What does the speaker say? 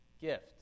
gift